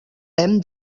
hem